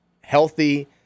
healthy